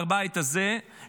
בבית הזה,